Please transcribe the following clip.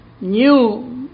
new